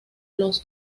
los